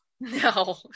No